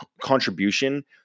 contribution